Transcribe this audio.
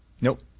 nope